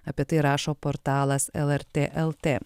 apie tai rašo portalas lrt lt